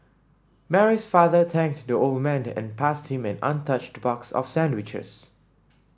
Mary's father thanked the old man and passed him an untouched box of sandwiches